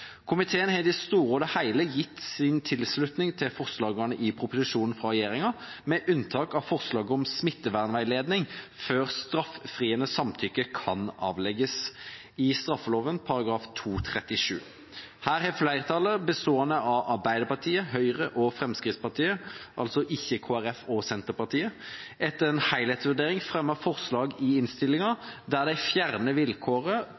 Komiteen har i det store og hele gitt sin tilslutning til forslagene i proposisjonen fra regjeringa, med unntak av forslag om smittevernveiledning før straffriende samtykke kan avlegges, i straffeloven § 237. Her har flertallet, bestående av Arbeiderpartiet, Høyre og Fremskrittspartiet – altså ikke Kristelig Folkeparti og Senterpartiet – etter en helhetsvurdering fremmet forslag til vedtak i innstillinga hvor de fjerner vilkåret